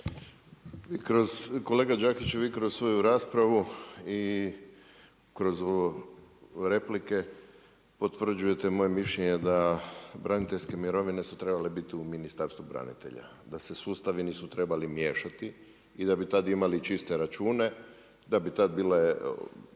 Kolega Đakiću, vi kroz svoju raspravu i kroz replike, potvrđujete moje mišljenje da braniteljske mirovine su trebale biti u Ministarstvu branitelja. Da se sustavi nisu trebali miješati i da bi tad imali čiste račune, da bi tad bile